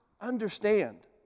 understand